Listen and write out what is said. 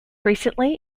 recently